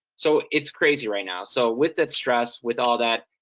so it's crazy right now. so with that stress, with all that,